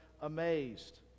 amazed